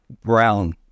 Brown